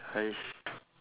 !hais!